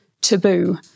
taboo